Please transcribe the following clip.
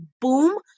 boom